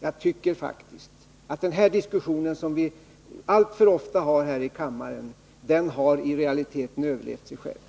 Jag tycker faktiskt att den här diskussionen — som vi alltför ofta för här i kammaren - i realiteten har överlevt sig själv.